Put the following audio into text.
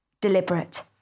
Deliberate